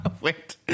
Wait